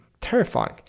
terrifying